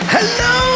Hello